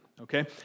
Okay